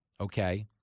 Okay